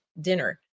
dinner